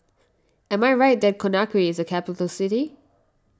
am I right that Conakry is a capital city